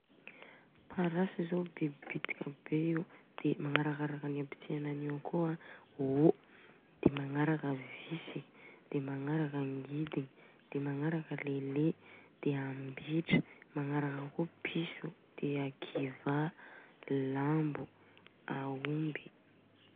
Parasy zô dia bitika be io. Dia magnarakaraka abitiahana an io akô a ô dia magnarakaraka vitsika. Dia magnaraka angidigna. Dia magnaraka lele. Dia ambitra. Magnaraka akô piso. Dia a kiva, lambo, aomby.